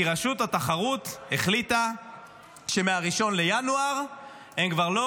כי רשות התחרות החליטה שמ-1 בינואר הם כבר לא